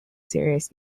serious